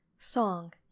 SONG